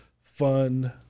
fun